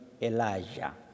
Elijah